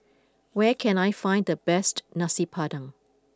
where can I find the best Nasi Padang